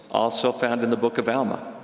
also found in the book of alma,